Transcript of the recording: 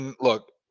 look